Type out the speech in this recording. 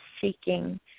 seeking